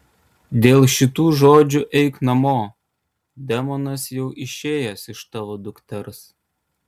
dėl šitų žodžių eik namo demonas jau išėjęs iš tavo dukters